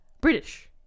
British